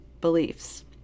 beliefs